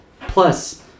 Plus